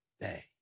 day